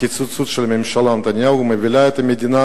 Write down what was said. הקיצוץ של ממשלת נתניהו מוביל את המדינה